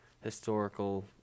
historical